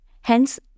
Hence